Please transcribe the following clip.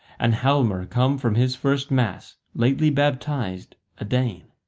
and halmer, come from his first mass, lately baptized, a dane.